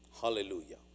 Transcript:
Hallelujah